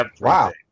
Wow